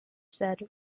said